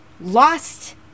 lost